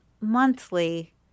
monthly